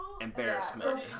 embarrassment